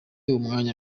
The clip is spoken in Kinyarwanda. umwanya